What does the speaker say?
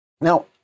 Now